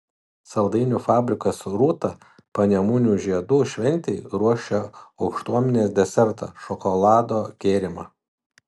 saldainių fabrikas rūta panemunių žiedų šventei ruošia aukštuomenės desertą šokolado gėrimą